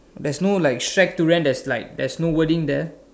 there's no like shack to rent there's no wording there